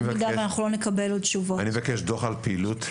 אני מבקש דוח על פעילות.